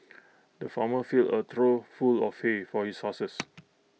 the farmer filled A trough full of hay for his horses